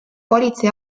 politsei